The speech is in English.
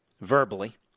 verbally